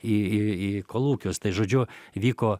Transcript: į į į kolūkius tai žodžiu vyko